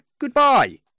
goodbye